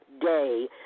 day